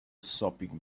sopping